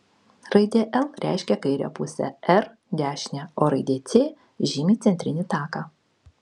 raidė l reiškia kairę pusę r dešinę o raidė c žymi centrinį taką